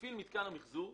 מפעיל מתקן המחזור,